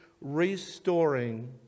restoring